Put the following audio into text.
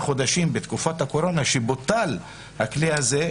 חודשים בתקופת הקורונה שבוטל הכלי הזה,